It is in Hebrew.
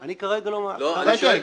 אני שואל כלכלית.